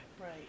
Right